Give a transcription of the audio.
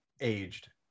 aged